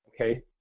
okay